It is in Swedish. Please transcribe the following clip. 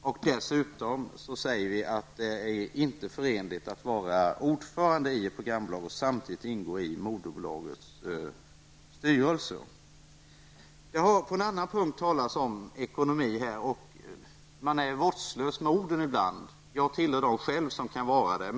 Vi säger dessutom att det inte är förenligt att vara ordförande i ett programföretag och samtidigt ingå i moderbolagets styrelse. Det har på en annan punkt talats om ekonomi här. Man är ibland vårdslös med orden. Jag tillhör själv dem som kan vara det.